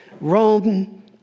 Rome